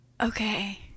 Okay